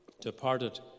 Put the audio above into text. departed